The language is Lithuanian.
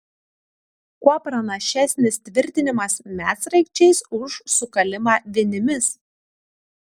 kuo pranašesnis tvirtinimas medsraigčiais už sukalimą vinimis